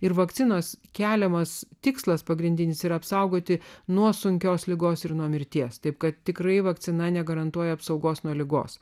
ir vakcinos keliamas tikslas pagrindinis ir apsaugoti nuo sunkios ligos ir nuo mirties taip kad tikrai vakcina negarantuoja apsaugos nuo ligos